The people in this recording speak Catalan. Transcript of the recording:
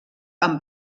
amb